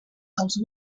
als